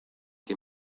que